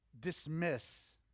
dismiss